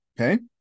Okay